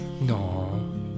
No